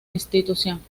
institución